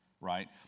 right